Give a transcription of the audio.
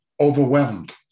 overwhelmed